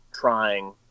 trying